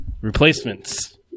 Replacements